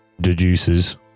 deduces